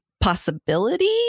possibility